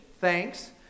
thanks